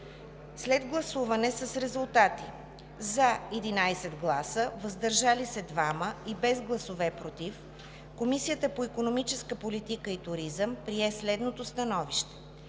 След гласуване с резултати: „за“ – 11 гласа, „въздържал се“ –двама, и без гласове „против“, Комисията по икономическа политика и туризъм прие следното становище: